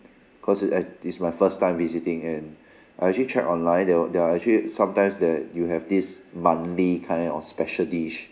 cause it act~ it's my first time visiting and I actually check online there're there are actually sometimes that you have this monthly kind of special dish